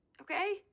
okay